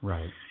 Right